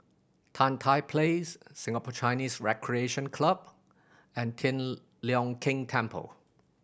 Tan Tye Place Singapore Chinese Recreation Club and Tian Leong Keng Temple